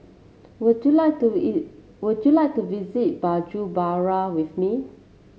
would you like to would you like to visit Bujumbura with me